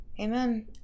Amen